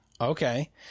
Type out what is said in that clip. Okay